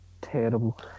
terrible